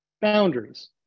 boundaries